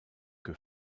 que